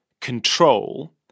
control